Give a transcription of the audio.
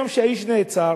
אותו יום שהאיש נעצר,